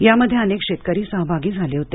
यामध्ये अनेक शेतकरी सहभागी झाले होते